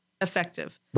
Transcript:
effective